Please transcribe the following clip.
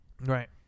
Right